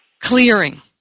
clearing